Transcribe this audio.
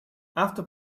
after